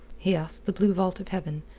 he asked the blue vault of heaven,